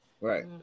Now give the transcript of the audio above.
Right